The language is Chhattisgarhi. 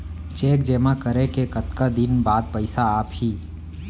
चेक जेमा करें के कतका दिन बाद पइसा आप ही?